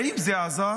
האם זה עזר?